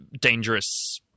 dangerous